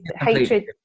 hatred